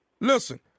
Listen